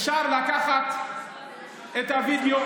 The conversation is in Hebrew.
אפשר לקחת את הווידיאו